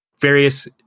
various